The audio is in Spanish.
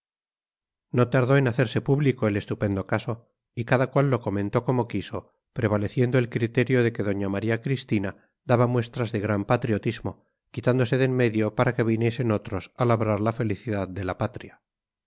no tardó en hacerse público el estupendo caso y cada cual lo comentó como quiso prevaleciendo el criterio de que doña maría cristina daba muestras de gran patriotismo quitándose de en medio para que viniesen otros a labrar la felicidad de la patria